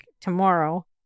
tomorrow